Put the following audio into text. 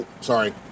Sorry